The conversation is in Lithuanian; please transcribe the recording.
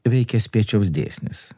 veikia spiečiaus dėsnis